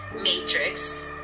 matrix